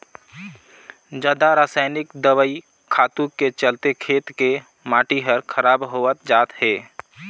जादा रसायनिक दवई खातू के चलते खेत के माटी हर खराब होवत जात हे